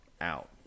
out